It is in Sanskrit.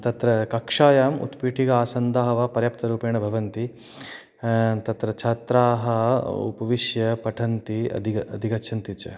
तत्र कक्षायाम् उत्पीठिकासन्दाः वा पर्याप्तरूपेण भवन्ति तत्र छात्राः उपविश्य पठन्ति अधि अधिगच्छन्ति च